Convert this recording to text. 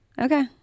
Okay